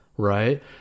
Right